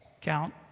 count